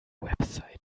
website